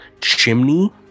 chimney